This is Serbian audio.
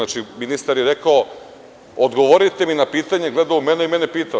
Znači, ministar je rekao – odgovorite mi na pitanje, gledao u mene i mene je pitao.